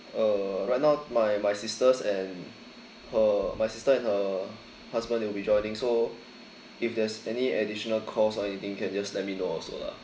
uh right now my my sisters and her my sister and her husband will be joining so if there's any additional costs or anything you can just let me know also lah